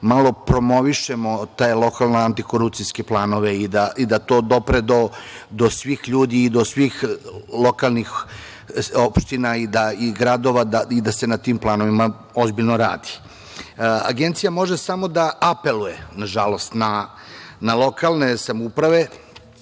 malo promovišemo te lokalne antikorupcijske planove i da to dopre do svih ljudi i do svih lokalnih opština i gradova i da se na tim planovima ozbiljno radi. Agencija može samo da apeluje, nažalost, na lokalne samouprave,